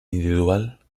individual